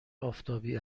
آفتابی